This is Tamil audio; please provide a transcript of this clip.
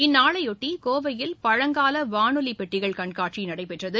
இந்நாளைபொட்டி கோவையில் பழங்கால வானொலி பெட்டிகள் கண்காட்சி நடைபெற்றது